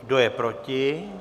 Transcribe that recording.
Kdo je proti?